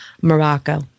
Morocco